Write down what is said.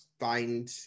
find